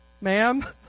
ma'am